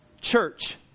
church